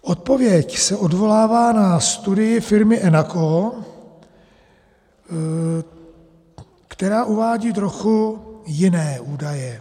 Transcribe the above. Odpověď se odvolává na studii firmy ENACO, která uvádí trochu jiné údaje.